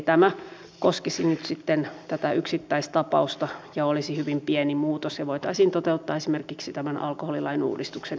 tämä koskisi nyt sitten tätä yksittäistapausta ja olisi hyvin pieni muutos ja se voitaisiin toteuttaa esimerkiksi tämän alkoholilain uudistuksen yhteydessä